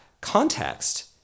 context